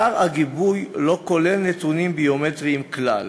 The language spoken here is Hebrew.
אתר הגיבוי לא כולל נתונים ביומטריים כלל,